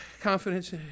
confidence